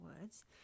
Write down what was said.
words